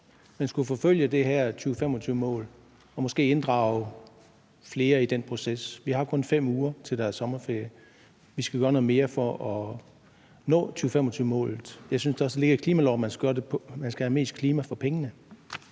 men skulle forfølge det her 2025-mål, var det måske en idé at inddrage flere i den proces. Vi har kun 5 uger, til der er sommerferie. Vi skal gøre noget mere for at nå 2025-målet. Jeg synes, at der også ligger i klimaloven, at man skal have mest klima for pengene,